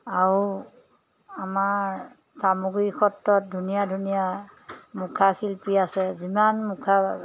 আৰু আমাৰ চামগুৰি সত্ৰত ধুনীয়া ধুনীয়া মুখাশিল্পী আছে যিমান মুখা